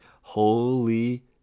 holy